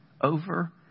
over